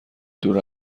دور